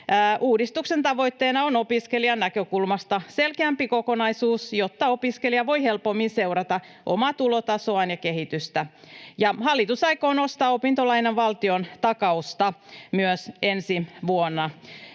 Uudistuksen tavoitteena on opiskelijan näkökulmasta selkeämpi kokonaisuus, jotta opiskelija voi helpommin seurata omaa tulotasoaan ja sen kehitystä. Ja hallitus aikoo nostaa opintolainan valtiontakausta myös ensi vuonna.